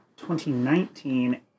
2019